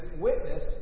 witness